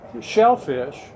shellfish